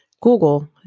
Google